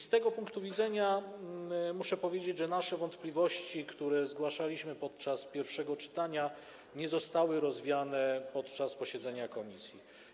Z tego punktu widzenia muszę powiedzieć, że nasze wątpliwości, które zgłaszaliśmy podczas pierwszego czytania, nie zostały rozwiane podczas posiedzenia komisji.